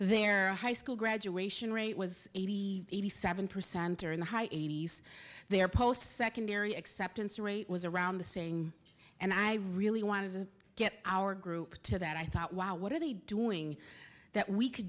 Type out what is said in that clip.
their high school graduation rate was eighty eighty seven percent or in the high eighty's there post secondary acceptance rate was around the saying and i really wanted to get our group to that i thought wow what are they doing that we could